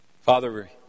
Father